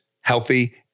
healthy